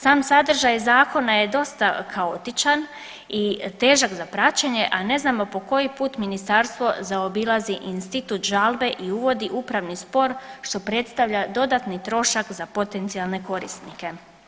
Sam sadržaj zakona je dosta kaotičan i težak za praćenje, a ne znamo po koji put ministarstvo zaobilazi institut žalbe i uvodi upravni spor što predstavlja dodatni trošak za potencijalne korisnike.